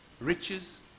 riches